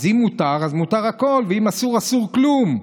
אז אם מותר, מותר הכול, ואם אסור, אסור כלום.